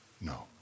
no